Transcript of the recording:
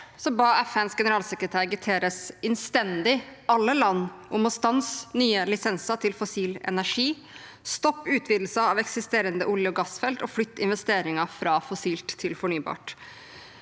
ba FNs generalsekretær Guterres innstendig alle land om å stanse nye lisenser til fossil energi, stoppe utvidelse av eksisterende olje- og gassfelt og flytte investeringer fra fossilt til fornybart.